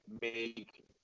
make